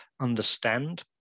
understand